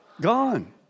Gone